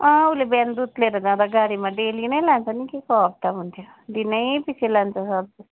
अँ उसले बिहान दुध लिएर जाँदा गाडीमा डेली नै लान्छ के को हप्ता हुुन्थ्यो दिनै पछि लान्छ